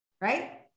right